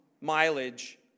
mileage